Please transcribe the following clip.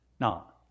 Now